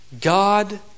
God